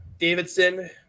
Davidson